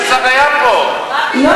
אבל היא סיימה את שלוש הדקות כשהשר היה פה.